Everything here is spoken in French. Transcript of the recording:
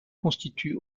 constituent